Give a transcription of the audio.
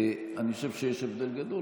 אני חושב שיש הבדל גדול.